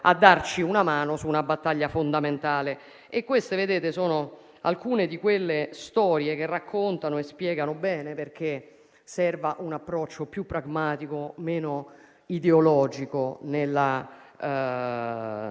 darci una mano su una battaglia fondamentale. Queste sono alcune di quelle storie che raccontano e spiegano bene perché serva un approccio più pragmatico e meno ideologico a